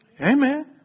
Amen